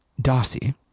Darcy